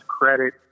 credit